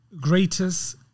Greatest